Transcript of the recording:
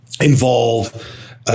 involve